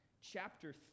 chapter